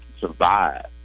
survive